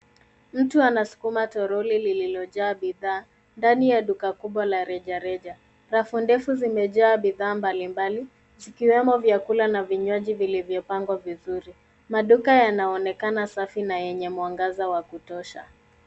Mtu anasukuma tororoli lililojaa bidhaa ndani ya duka kubwa la rejareja. Rafu ndefu zimejaa bidhaa mbalimbali, zikiwemo vyakula na vinywaji vilivyopangwa vizuri. Maduka yanaonekana safi na yenye mwangaza wa kutosha.